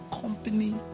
company